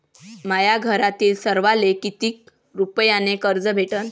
माह्या घरातील सर्वाले किती रुप्यान कर्ज भेटन?